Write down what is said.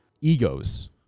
Egos